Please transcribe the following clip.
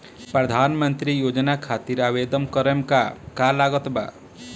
प्रधानमंत्री योजना खातिर आवेदन करम का का लागत बा?